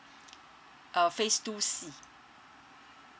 uh phase two C